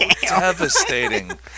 devastating